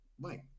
Mike